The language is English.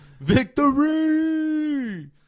Victory